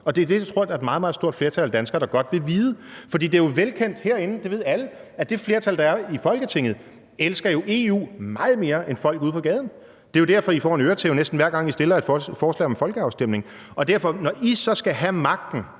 Det er det, som jeg tror et meget, meget stort flertal af danskere godt vil vide. Det er velkendt herinde, det ved alle, at det flertal, der er i Folketinget, jo elsker EU meget mere end folk ude på gaden. Det er derfor, I får en øretæve, næsten hver gang I fremsætter et forslag om en folkeafstemning. Når I så skal have magten